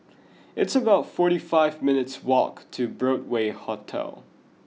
it's about forty five minutes' walk to Broadway Hotel